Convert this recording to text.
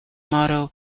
motto